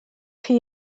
chi